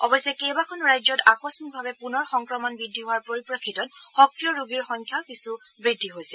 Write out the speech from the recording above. অৱশ্যে কেইবাখনো ৰাজ্যত আকস্মিকভাৱে পুনৰ সংক্ৰমণ বৃদ্ধি হোৱাৰ পৰিপ্ৰেক্ষিতত সক্ৰিয় ৰোগীৰ সংখ্যা কিছু বৃদ্ধি হৈছে